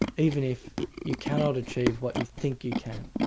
even if you cannot achieve what you think you can.